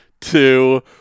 two